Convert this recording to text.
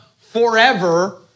forever